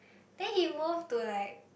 then he moved to like